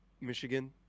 Michigan